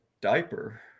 diaper